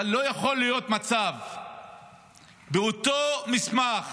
אבל לא יכול להיות מצב באותו מסמך